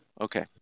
Okay